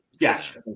Yes